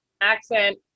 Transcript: accent